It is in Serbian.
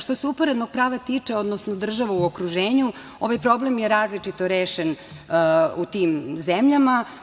Što se uporednog prava tiče, odnosno država u okruženju, ovaj problem je različito rešen u tim zemljama.